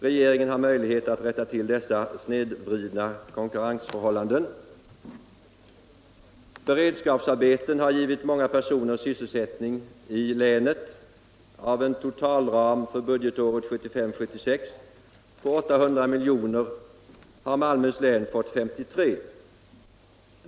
Regeringen har möjlighet att rätta till dessa snedvridna konkurrensförhållanden. Beredskapsarbeten har givit många personer sysselsättning i länet. Av en totalram för budgetåret 1975/76 på 800 milj.kr. har Malmöhus län fått 53 miljoner.